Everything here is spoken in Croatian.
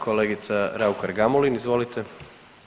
Kolegica RAukar Gamulin izvolite.